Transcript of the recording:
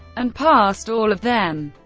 and passed all of them.